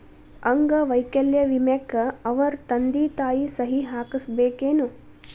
ಅಂಗ ವೈಕಲ್ಯ ವಿಮೆಕ್ಕ ಅವರ ತಂದಿ ತಾಯಿ ಸಹಿ ಹಾಕಸ್ಬೇಕೇನು?